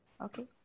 okay